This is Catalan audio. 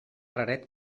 raret